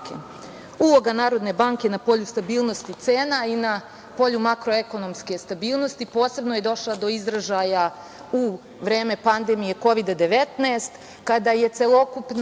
Uloga Narodne banke na polju stabilnosti cena i na polju makro-ekonomske stabilnosti posebno je došla do izražaja u vreme pandemije Kovida-19 kada je celokupna